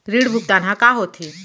ऋण भुगतान ह का होथे?